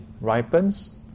ripens